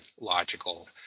logical